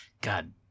god